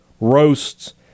roasts